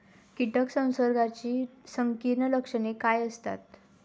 कीटक संसर्गाची संकीर्ण लक्षणे काय असतात?